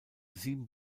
sieben